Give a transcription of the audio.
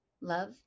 love